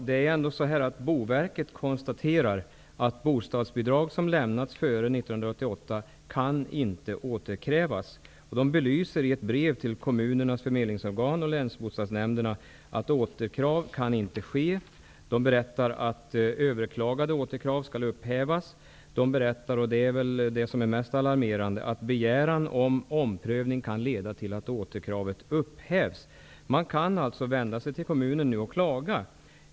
Fru talman! Boverket konstaterar att bostadsbidrag som lämnats före 1988 inte kan återkrävas. I ett brev till kommunernas förmedlingsorgan och till länsbostadsnämnderna belyser de att återkrav inte kan ske. De berättar att överklagade återkrav skall upphävas. De berättar också -- och det är det mest alarmerande -- att begäran om omprövning kan leda till att återkravet upphävs. Man kan alltså vända sig till kommunen och klaga.